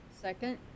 Second